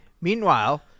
Meanwhile